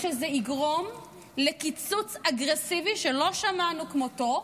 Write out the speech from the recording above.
כשזה יגרום לקיצוץ אגרסיבי שלא שמענו כמותו,